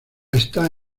está